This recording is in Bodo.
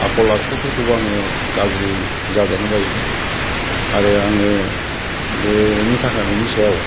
आखल आखुफोरखौबो आङो गाज्रि जाजानो बायो आरो आङो बेनि थाखाय बेनि सायाव